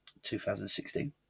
2016